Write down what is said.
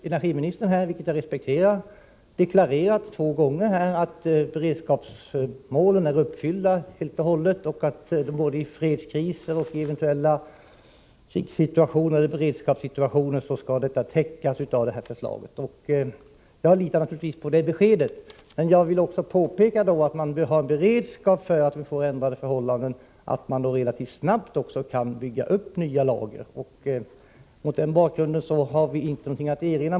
Energiministern har nu två gånger deklarerat att beredskapsmålen är uppfyllda helt och hållet och att i både fredskriser och eventuella krigssituationer behoven skall kunna täckas genom detta förslag. Jag litar naturligtvis på detta besked. Men jag vill också påpeka att det bör finnas en beredskap inför eventuellt förändrade förhållanden, så att man relativt snabbt kan bygga upp nya lager. Mot den bakgrunden har vi i vpk ingenting att erinra.